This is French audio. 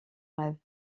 rêve